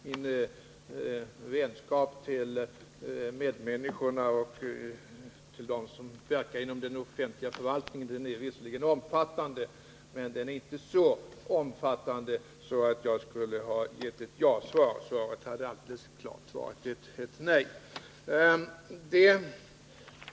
Min vänskap till medmänniskorna och till dem som verkar inom den offentliga förvaltningen är visserligen omfattande, men den är inte så omfattande att jag skulle ha gett ett ja-svar. Svaret hade alldeles klart varit nej.